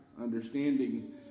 understanding